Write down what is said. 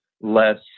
less